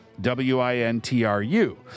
W-I-N-T-R-U